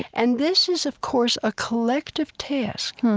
and this is, of course, a collective task.